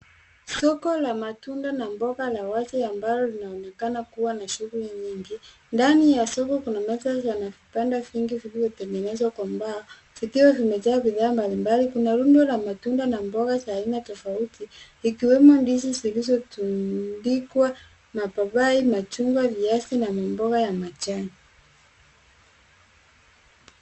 Soko la matunda na mboga la wazi , ambalo linaonekana kua na shughuli nyingi. Ndani ya soko kuna meza na vibanda vingi vilivyotengenezwa kwa mbao, zikiwa zimejaa bidhaa mbali mbali. Kuna rundo la matunda na mboga za aina tofauti, ikiwemo ndizi zilizotundikwa, mapapai, machungwa, viazi, na maboga ya majani.